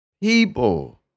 people